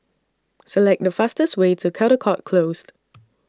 Select The fastest Way to Caldecott Close